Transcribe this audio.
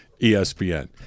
ESPN